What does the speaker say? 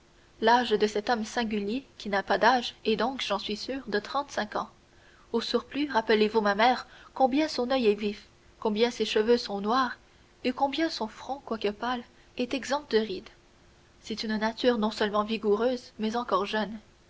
l'âge de cet homme singulier qui n'a pas d'âge est donc j'en suis sûr de trente-cinq ans au surplus rappelez-vous ma mère combien son oeil est vif combien ses cheveux sont noirs et combien son front quoique pâle est exempt de rides c'est une nature non seulement vigoureuse mais encore jeune